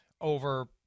over